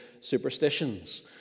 superstitions